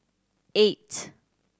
eight